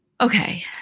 Okay